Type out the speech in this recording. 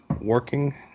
working